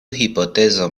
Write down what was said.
hipotezo